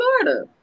florida